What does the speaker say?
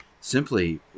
simply